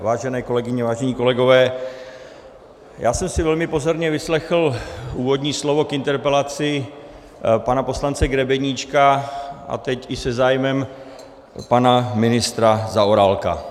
Vážené kolegyně, vážení kolegové, já jsem si velmi pozorně vyslechl úvodní slovo k interpelaci pana poslance Grebeníčka a teď i se zájmem pana ministra Zaorálka.